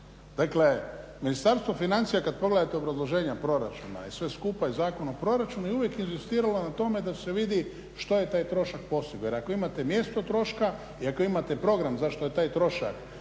Dakle, Ministarstvo financija kad pogledate obrazloženja proračuna i sve skupa i Zakon o proračunu i uvijek inzistiralo na tome da se vidi što je taj trošak postigao jer ako imate mjesto troška i ako imate program zašto je taj trošak potrošen,